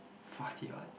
fifty one